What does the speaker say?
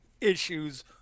issues